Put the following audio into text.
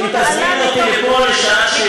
אם תזמיני אותי לפה לשעת שאלות,